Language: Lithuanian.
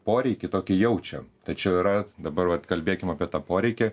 poreikį tokį jaučiam tačiau yra dabar vat kalbėkim apie tą poreikį